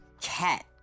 Cat